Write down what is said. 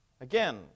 Again